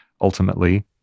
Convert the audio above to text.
ultimately